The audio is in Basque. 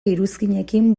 iruzkinekin